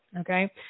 Okay